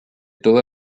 toda